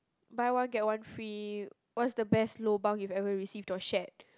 buy one get one free what's the best lobang you've ever received or shared